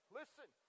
listen